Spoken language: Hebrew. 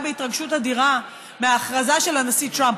בהתרגשות אדירה מההכרזה של הנשיא טראמפ,